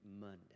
Monday